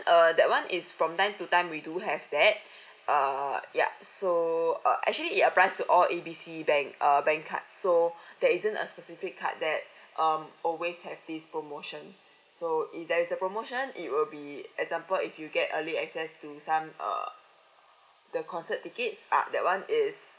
uh that [one] is from time to time we do have that uh yup so uh actually applies to all A B C bank err bank card so there isn't a specific card that um always have this promotion so if there's a promotion it will be example if you get early access to some uh the concert tickets ah that [one] is